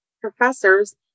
professors